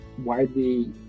widely